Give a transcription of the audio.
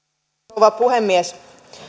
rouva puhemies